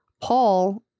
Paul